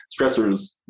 stressors